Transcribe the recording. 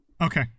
Okay